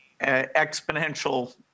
exponential